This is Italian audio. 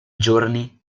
giorni